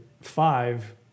five